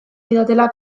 zidatela